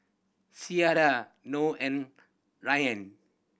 Syirah Noh and Rayyan